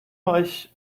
euch